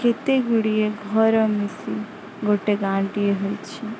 କେତେ ଗୁଡ଼ିଏ ଘର ମିଶି ଗୋଟେ ଗାଁଟିଏ ହୋଇଛି